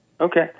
Okay